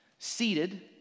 Seated